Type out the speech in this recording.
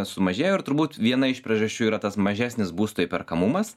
sumažėjo ir turbūt viena iš priežasčių yra tas mažesnis būsto įperkamumas